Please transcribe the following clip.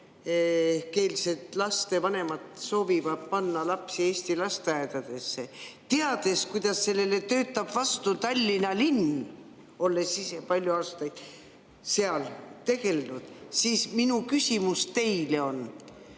venekeelsed lastevanemad soovivad panna lapsi eesti lasteaedadesse, ja teades, kuidas sellele töötab vastu Tallinna linn. Olles ise palju aastaid seal tegev olnud, on minu küsimus teile: